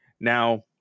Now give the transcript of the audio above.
Now